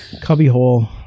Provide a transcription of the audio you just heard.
Cubbyhole